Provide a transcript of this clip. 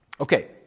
Okay